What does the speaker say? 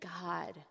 God